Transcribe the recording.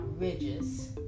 ridges